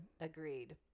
agreed